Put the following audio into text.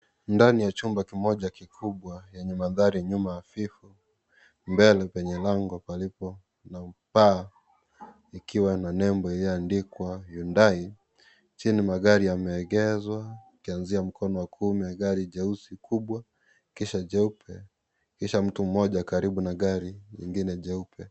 Ndani ya chupa kimoja kikubwa yenye mandhari ya nyuma hafifu mbele penye lango palipo na upaa ikiwa na nembo iliyoandikwa Hyundai. Chini magari yameegezwa kuanzia mkono wa kuume gari jeusi kubwa kisha jeupe kisha mtu mmoja karibu na gari ingine jeupe.